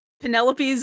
Penelope's